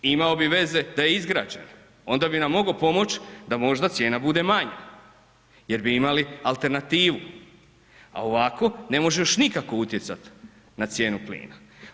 Imao bi veze da je izgrađen, onda bi nam mogao pomoć da možda cijena bude manja jer bi imali alternativu, a ovako ne možeš nikako utjecat na cijenu plina.